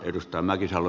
arvoisa puhemies